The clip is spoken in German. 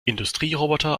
industrieroboter